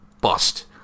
bust